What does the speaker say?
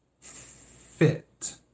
fit